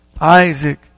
Isaac